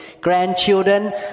grandchildren